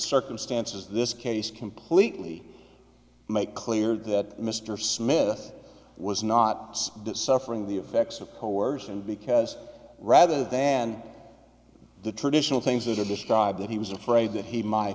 circumstances this case completely make clear that mr smith was not suffering the effects of coercion because rather than the traditional things that are described that he was afraid that he might